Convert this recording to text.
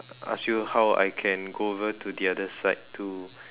ask you how I can go over to the other side to